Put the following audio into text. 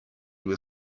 were